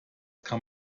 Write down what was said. kann